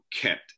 kept